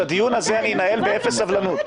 את הדיון הזה אני אנהל באפס סבלנות.